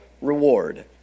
reward